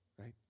right